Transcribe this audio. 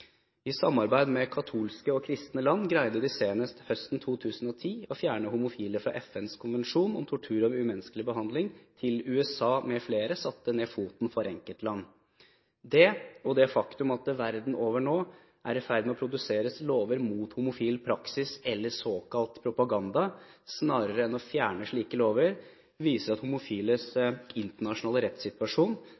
I samarbeid med katolske og kristne land greide de senest høsten 2010 å fjerne homofile fra FNs konvensjon om tortur og umenneskelig behandling, til USA mfl. satte ned foten for enkeltland. Dette og det faktum at man verden over nå er i ferd med å produsere lover mot homofil praksis, eller såkalt propaganda, snarere enn å fjerne slike lover, viser at homofiles